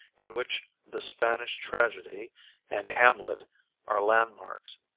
in which the spanish tragedy and hamlet are landmarks,